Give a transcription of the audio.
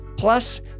Plus